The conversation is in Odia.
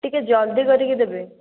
ଟିକେ ଜଲଦି କରିକି ଦେବେ